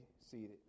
seated